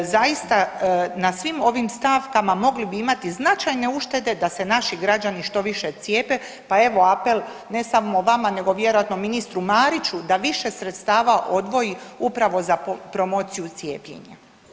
Zaista, na svim ovim stavkama mogli bi imati značajne uštede da se naši građani što više cijepe, pa evo apel ne samo vama nego vjerojatno ministru Mariću da više sredstava odvoji upravo za promociju cijepljenja.